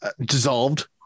dissolved